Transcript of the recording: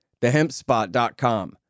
TheHempSpot.com